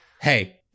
hey